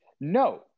no